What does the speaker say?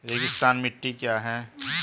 रेगिस्तानी मिट्टी क्या है?